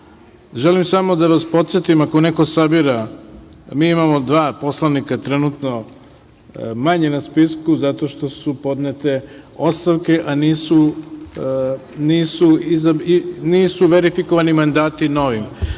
glasa. Želim samo da vas podsetim, ako neko sabira, mi imamo dva poslanika trenutno manje na spisku, zato što su podnete ostavke, a nisu verifikovani mandati novim.